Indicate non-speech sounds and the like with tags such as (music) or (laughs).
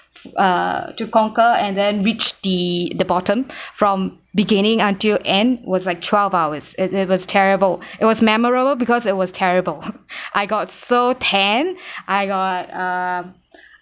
uh to conquer and then reach the the bottom from beginning until end was like twelve hours it it was terrible it was memorable because it was terrible (laughs) I got so tanned I got uh